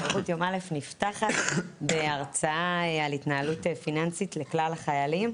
תרבות יום א' נפתחת בהרצאה על התנהלות פיננסית לכלל החיילים.